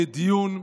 דיון,